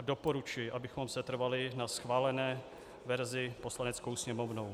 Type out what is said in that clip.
Doporučuji, abychom setrvali na schválené verzi Poslaneckou sněmovnou.